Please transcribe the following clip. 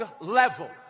level